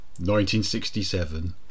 1967